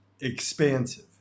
expansive